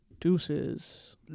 Deuces